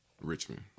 Richmond